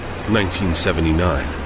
1979